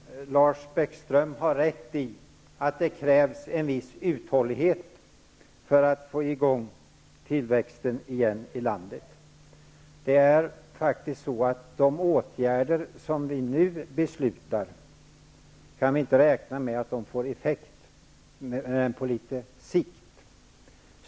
Herr talman! Lars Bäckström har rätt i att det krävs en viss uthållighet för att få i gång tillväxten i landet igen. Vi kan faktiskt inte räkna med att de åtgärder som vi nu beslutar får effekt förrän på litet sikt.